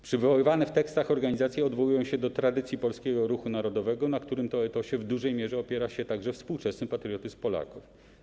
Przywoływane w tekstach organizacje odwołują się do tradycji polskiego ruchu narodowego, na którym to w dużej mierze opiera się współczesny patriotyzm Polaków.